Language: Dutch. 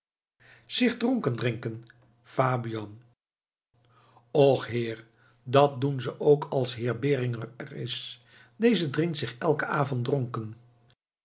zich dronken drinken fabian och heer dat doen ze ook als heer beringer er is deze drinkt zich elken avond dronken